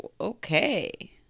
okay